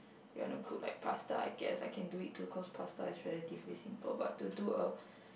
you want to cook like pasta I guess I can do it too cause pasta is relatively simple but to do a